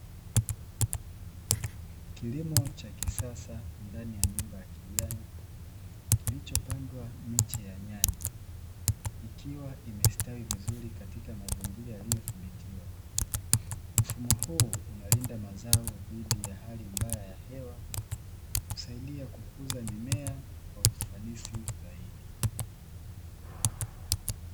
Kilimo cha kisasa ndani ya nyumba ya kijani, kilichopandwa miche ya nyanya, ikiwa imestawi vizuri katika mazingira yaliyodhibititwa. Mfumo huu unalinda mazao dhidi ya hali mbaya ya hewa, husaidia kukuza mimea kwa ufanisi zaidi.